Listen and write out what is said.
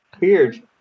Weird